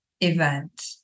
event